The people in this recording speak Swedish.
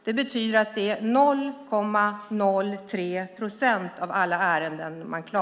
Det betyder att man klagar på 0,03 procent av alla ärendena.